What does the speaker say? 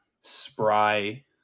spry